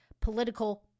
Political